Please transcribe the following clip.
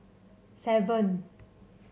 seven